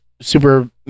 super